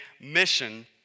mission